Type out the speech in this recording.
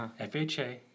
FHA